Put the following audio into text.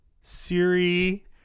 Siri